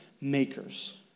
makers